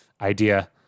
idea